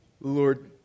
Lord